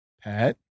Pat